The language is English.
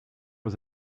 was